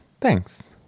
Thanks